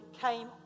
came